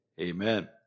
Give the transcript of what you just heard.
Amen